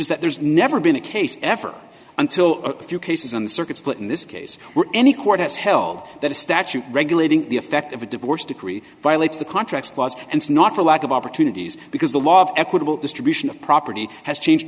is that there's never been a case ever until a few cases on the circuit split in this case were any court has held that a statute regulating the effect of a divorce decree violates the contract clause and not for lack of opportunities because the law of equitable distribution of property has changed